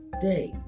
day